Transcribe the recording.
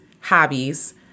hobbies